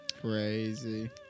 Crazy